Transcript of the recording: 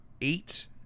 eight